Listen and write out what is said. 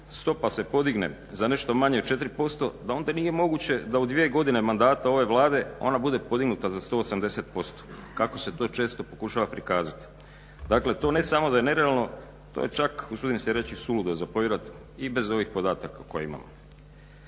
stopa se podigne za nešto manje od 4% da onda nije moguće da u dvije godine mandata ove Vlade ona podignuta za 180% kako se to često pokušava prikazati. Dakle to ne samo da je nerealno, to je čak usuđujem se reći suludo za povjerovati i bez ovih podataka koje imamo.